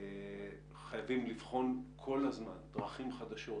חייבים לבחון כל הזמן דרכים חדשות